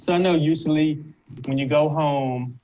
so know usually when you go home,